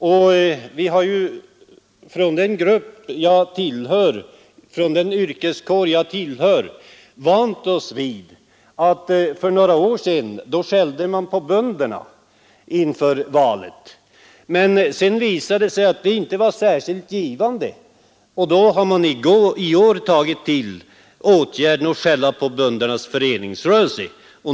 Den yrkeskår jag tillhör minns att man för några år sedan skällde på bönderna inför valet. Sedan visade det sig att detta inte var särskilt givande. Därför har man i år tagit till åtgärden att skälla på böndernas föreningsrörelse.